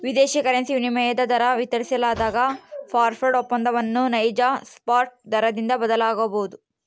ವಿದೇಶಿ ಕರೆನ್ಸಿ ವಿನಿಮಯ ದರ ವಿತರಿಸಲಾಗದ ಫಾರ್ವರ್ಡ್ ಒಪ್ಪಂದವನ್ನು ನೈಜ ಸ್ಪಾಟ್ ದರದಿಂದ ಬದಲಾಗಬೊದು